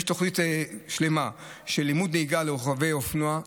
יש עכשיו תוכנית שלמה של לימוד נהיגה לרוכבי אופנוע,